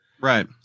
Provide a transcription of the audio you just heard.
Right